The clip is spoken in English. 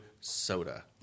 soda